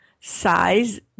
Size